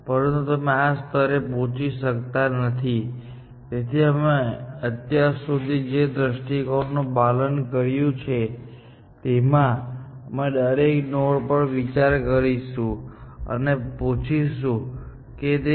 પરંતુ તમે આ સ્તરે પૂછી શકતા નથી તેથી અમે અત્યાર સુધી જે દ્રષ્ટિકોણ નું પાલન કર્યું છે તેમાં અમે દરેક નોડ પર વિચાર કરીશું અને પૂછીશું કે તે નોડ ગોલ નોડ છે કે નહીં